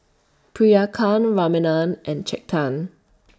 Priyanka Ramanand and Chetan